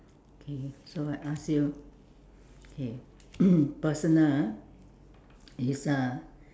okay so I ask you okay personal ah if uh